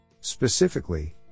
Specifically